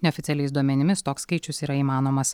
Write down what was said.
neoficialiais duomenimis toks skaičius yra įmanomas